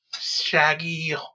Shaggy